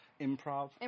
improv